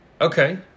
Okay